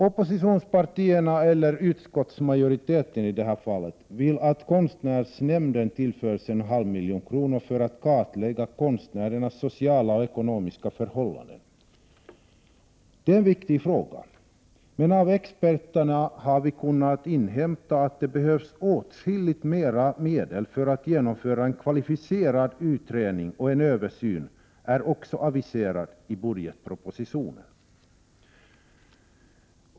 Oppositionspartierna, eller utskottsmajoriteten, vill att konstnärsnämnden tillförs en halv miljon kronor för att kartlägga konstnärernas sociala och ekonomiska förhållanden. Det är en viktig fråga, men av experterna har vi kunnat inhämta att det behövs åtskilligt mera medel för att genomföra en kvalificerad utredning, och en översyn är också aviserad i budgetpropositionen.